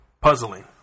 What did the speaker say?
puzzling